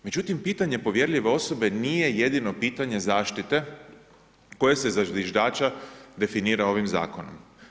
Međutim, pitanje povjerljive osobe nije jedino pitanje zaštite koje se za zviždača definira ovim Zakonom.